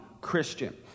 Christian